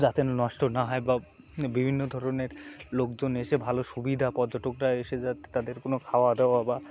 যাতে না নষ্ট না হয় বা বিভিন্ন ধরনের লোকজন এসে ভালো সুবিধা পর্যটকরা এসে যাতে তাদের কোনো খাওয়া দাওয়া বা